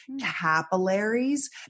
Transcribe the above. capillaries